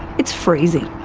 it's freezing.